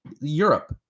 Europe